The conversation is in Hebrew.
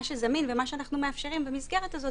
מה שזמין ומה שאנחנו מאפשרים במסגרת הזאת